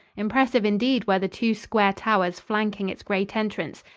impressive indeed were the two square towers flanking its great entrance,